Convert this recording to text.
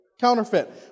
counterfeit